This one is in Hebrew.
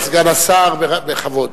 כבוד סגן השר, בכבוד.